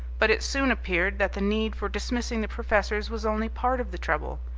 but it soon appeared that the need for dismissing the professors was only part of the trouble.